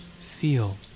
Feel